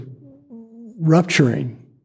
rupturing